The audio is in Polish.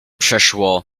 przeszło